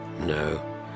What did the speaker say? No